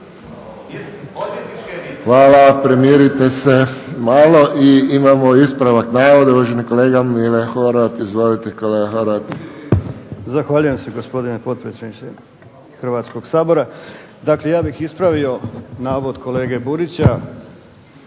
Hvala. Primirite se malo. I imamo ispravak, uvaženi kolega Mile Horvat. Izvolite kolega Horvat. **Horvat, Mile (SDSS)** Zahvaljujem se gospodine potpredsjedniče Hrvatskog sabora. Dakle, ja bih ispravio navod kolege Burića,